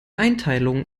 einteilung